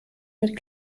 mit